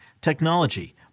technology